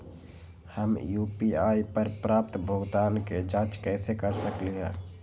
हम यू.पी.आई पर प्राप्त भुगतान के जाँच कैसे कर सकली ह?